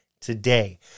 Today